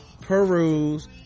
Peruse